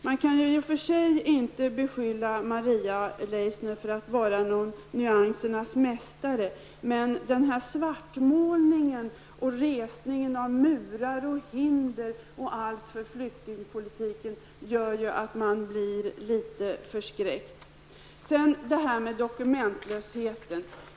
I och för sig kan man inte beskylla Maria Leissner för att vara någon nyansernas mästare, men denna svartmålning och resning av murar och hinder i flyktingpolitiken gör att man blir lite förskräckt.